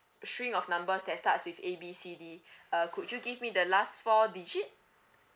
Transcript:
string of numbers that starts with A B C D uh could you give me the last four digit